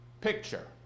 picture